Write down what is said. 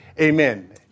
amen